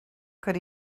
could